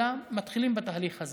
אלא מתחילים בתהליך הזה.